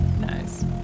Nice